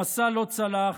המסע לא צלח,